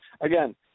Again